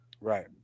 right